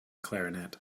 clarinet